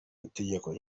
itegeko